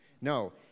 No